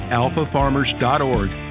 alphafarmers.org